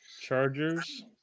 Chargers